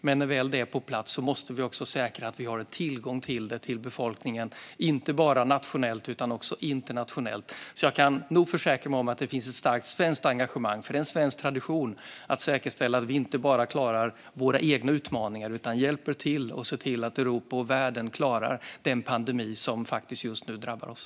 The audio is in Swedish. Men när det väl är på plats måste vi också säkra att vi har tillgång till det till befolkningen, inte bara nationellt utan också internationellt. Jag kan försäkra att det finns ett starkt svenskt engagemang, för det är en svensk tradition att säkerställa att vi inte bara klarar våra egna utmaningar utan också hjälper Europa och världen. Vi ska se till att vi klarar den pandemi som just nu drabbar oss.